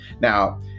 Now